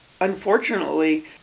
unfortunately